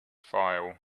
file